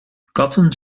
katten